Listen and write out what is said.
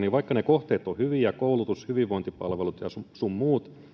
vaikka ne kohteet ovat hyviä koulutus hyvinvointipalvelut sun muut